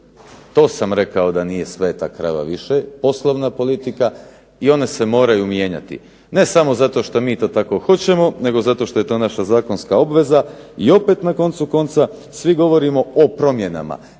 to sam rekao da nije svega krava više poslovna politika i one se moraju mijenjati ne samo zato što mi to tako hoćemo nego zato što je to naša zakonska obveza. I opet na koncu konca svi govorimo o promjenama.